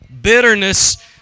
Bitterness